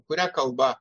kuria kalba